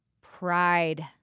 pride